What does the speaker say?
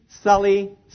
Sully